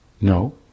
No